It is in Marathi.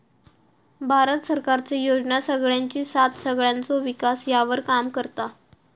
भारत सरकारचे योजना सगळ्यांची साथ सगळ्यांचो विकास ह्यावर काम करता